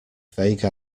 vague